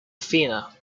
athena